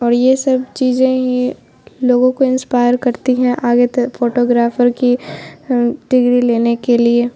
اور یہ سب چیزیں ہی لوگوں کو انسپائر کرتی ہیں آگے تک فوٹو گرافر کی ڈگری لینے کے لیے